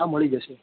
હા મળી જશે